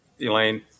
Elaine